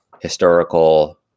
historical